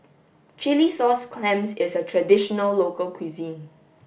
chilli sauce clams is a traditional local cuisine